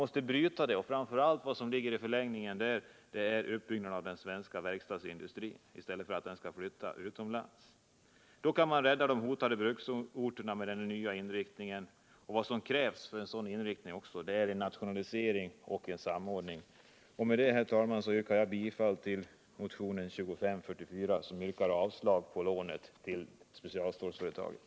Den trenden måste brytas, och därmed kan en uppbyggnad av den svenska verkstadsindustrin komma till stånd i stället för att dess verksamhet skall behöva flyttas utomlands. Med en sådan ny inriktning kan man rädda de hotade bruksorterna. Till grund för dénna inriktning krävs en nationalisering och en samordning av den här verksam = Nr 153 heten. Med detta, herr talman, yrkar jag bifall till motionen 2544, vari yrkas avslag på förslaget om lån till specialstålsföretagen.